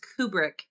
Kubrick